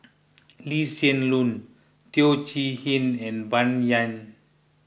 Lee Hsien Loong Teo Chee Hean and Bai Yan